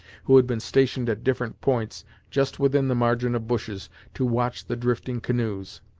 who had been stationed at different points just within the margin of bushes to watch the drifting canoes,